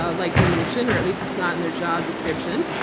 ah like mnuchin, or at least it's not in their job description.